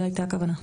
זו הייתה הכוונה.